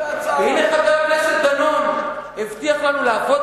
הנה חבר הכנסת דנון הבטיח לנו לעבוד